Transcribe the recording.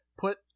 put